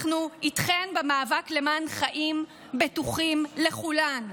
אנחנו איתכן במאבק למען חיים בטוחים לכולן.